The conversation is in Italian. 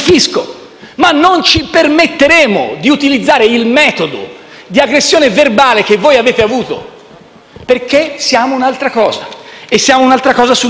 ma non ci permetteremo di utilizzare il metodo di aggressione verbale che avete avuto perché siamo un'altra cosa e lo siamo sull'Europa.